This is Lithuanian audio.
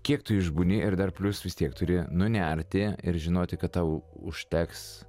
kiek tu išbūni ir dar plius vis tiek turi nunerti ir žinoti kad tau užteks